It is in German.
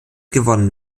gewonnen